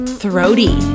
throaty